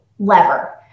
Lever